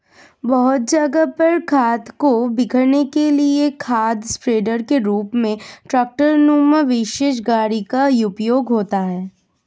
बहुत जगह पर खाद को बिखेरने के लिए खाद स्प्रेडर के रूप में ट्रेक्टर नुमा विशेष गाड़ी का उपयोग होता है